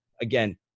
Again